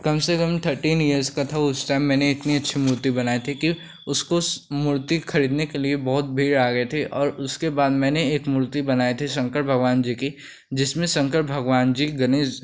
कम से कम thirteen years का था मैं उस टाइम मैंने इतनी अच्छी मूर्ति बनाई थी कि उसको मूर्ति खरीदने के लिए बहुत भीड़ आ गई थी और उसके बाद मैंने एक मूर्ति बनाई थी शंकर भगवान जी की जिसमें शंकर भगवान जी गणेश